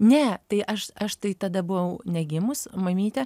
ne tai aš aš tai tada buvau negimus mamytė